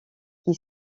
qui